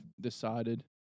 decided